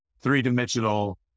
three-dimensional